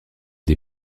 des